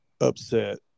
upset